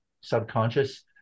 subconscious